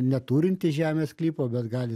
neturinti žemės sklypo bet gali